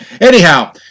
Anyhow